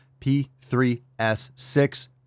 P3S6